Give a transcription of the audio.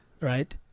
right